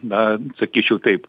na sakyčiau taip